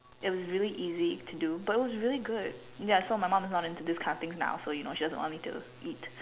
it was really easy to do but it was really good ya so my mom is not into this kind of things now so she just doesn't me to eat